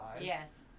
Yes